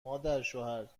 مادرشوهر